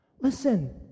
Listen